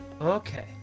Okay